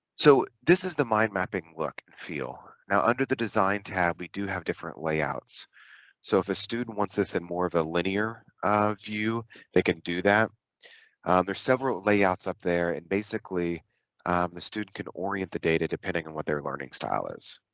so this is the mind mapping look feel now under the design to have we do have different layouts so if a student wants this and more of a linear view they can do that there's several layouts up there and basically the student can orient the data depending on what their learning style is